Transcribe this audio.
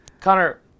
Connor